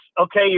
okay